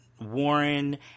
Warren